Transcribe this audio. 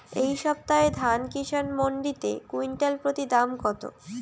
এই সপ্তাহে ধান কিষান মন্ডিতে কুইন্টাল প্রতি দাম কত?